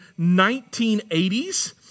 1980s